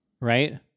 Right